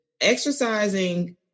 exercising